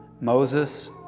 Moses